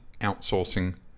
Outsourcing